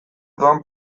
doan